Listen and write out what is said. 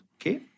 Okay